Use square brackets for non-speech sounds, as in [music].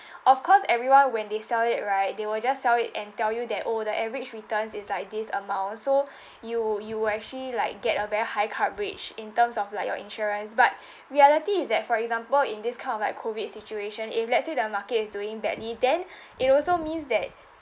[breath] of course everyone when they sell it right they will just sell it and tell you that oh the average returns is like this amount so you you actually like get a very high coverage in terms of like your insurance but reality is that for example in this kind of like COVID situation if let's say the market is doing badly then it also means that